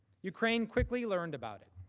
ukraine quickly learned about it.